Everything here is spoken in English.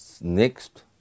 Next